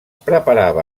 preparava